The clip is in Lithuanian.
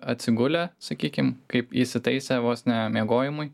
atsigulę sakykim kaip įsitaisę vos ne miegojimui